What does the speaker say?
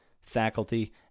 faculty